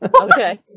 Okay